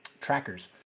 trackers